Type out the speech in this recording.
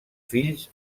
fills